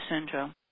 syndrome